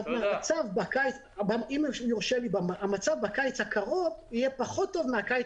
המצב בקיץ הקרוב יהיה פחות טוב מהקיץ